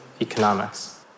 economics